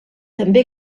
també